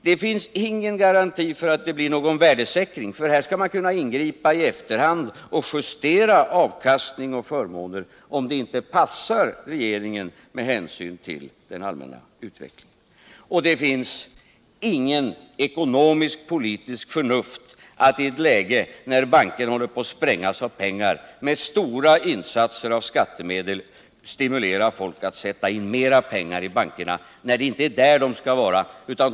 Det finns ingen garanti för att det blir någon värdesäkring, för här skall man kunna ingripa i efterhand och justera avkastning och förmåner, om det passar regeringen med hänsyn till den allmänna utvecklingen. Det finns inget ekonomisk-politiskt förnuft i att med stora insatser av skattemedel stimulera folk att sätta in mer pengar i bankerna i ett läge, när bankerna håller på att sprängas av pengar.